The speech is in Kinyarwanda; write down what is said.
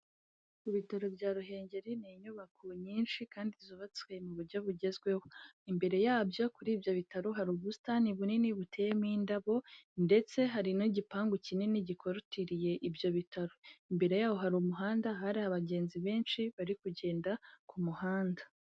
Ku bitaro bya Ruhengeri ni inyubako nyinshi kandi zubatswe mu buryo bugezweho, imbere yabyo kuri ibyo bitaro hari ubusitani bunini buteyemo indabo ndetse hari n'igipangu kinini gikorutiriye ibyo bitaro, imbere yaho hari umuhanda, hari abagenzi benshi bari kugenda ku muhanda.